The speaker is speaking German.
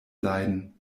leiden